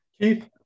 Keith